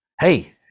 hey